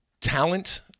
talent